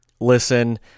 Listen